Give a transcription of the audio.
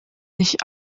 nicht